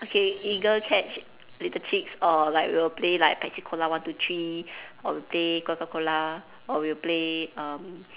okay eagle catch little chicks or like we'll play like pepsi cola one two three or play coca cola or we'll play um